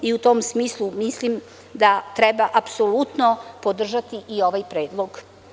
U tom smislu mislim da treba apsolutno podržati i ovaj predlog.